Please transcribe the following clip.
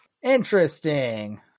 Interesting